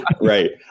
Right